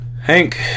Hank